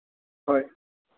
হয়